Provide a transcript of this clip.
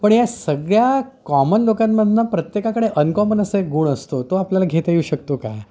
पण या सगळ्या कॉमन लोकांमधनं प्रत्येकाकडे अनकॉमन असा एक गुण असतो तो आपल्याला घेता येऊ शकतो का